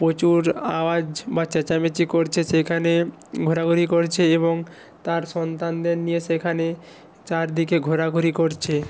প্রচুর আওয়াজ বা চেঁচামেচি করছে সেখানে ঘোরাঘুরি করছে এবং তার সন্তানদের নিয়ে সেখানে চারদিকে ঘোরাঘুরি করছে